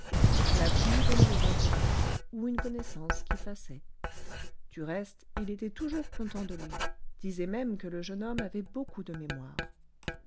la pluie venait les interrompre ou une connaissance qui passait du reste il était toujours content de lui disait même que le jeune homme avait beaucoup de mémoire